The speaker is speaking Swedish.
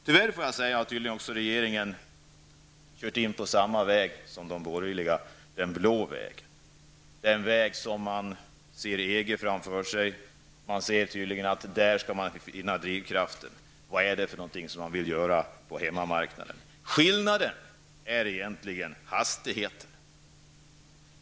Tyvärr har regeringen kört in på samma väg som de borgerliga -- den blå vägen. Man ser nu EG framför sig, och man ser tydligen att man där skall finna drivkrafter för vad man skall göra på hemmamarknaden. Skillnaden är egentligen hastigheten.